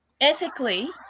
ethically